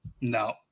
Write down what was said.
No